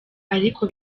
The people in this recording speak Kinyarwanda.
ariko